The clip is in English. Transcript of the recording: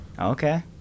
Okay